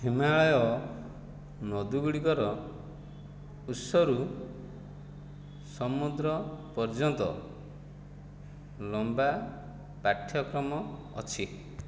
ହିମାଳୟ ନଦୀ ଗୁଡ଼ିକର ଉତ୍ସରୁ ସମୁଦ୍ର ପର୍ଯ୍ୟନ୍ତ ଲମ୍ବା ପାଠ୍ୟକ୍ରମ ଅଛି